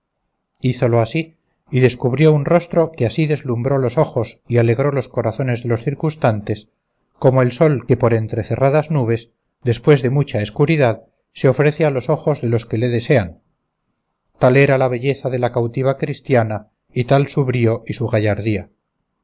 cristiana hízolo así y descubrió un rostro que así deslumbró los ojos y alegró los corazones de los circunstantes como el sol que por entre cerradas nubes después de mucha escuridad se ofrece a los ojos de los que le desean tal era la belleza de la cautiva cristiana y tal su brío y su gallardía